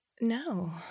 No